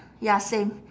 ya same